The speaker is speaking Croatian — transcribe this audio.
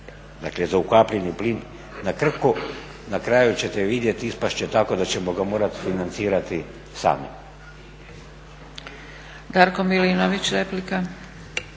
tiče, za ukapljeni plin na Krku na kraju ćete vidjeti ispast će tako da ćemo ga morati financirati sami. **Zgrebec, Dragica